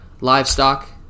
livestock